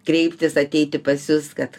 kreiptis ateiti pas jus kad